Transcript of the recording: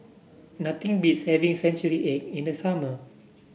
nothing beats having Century Egg in the summer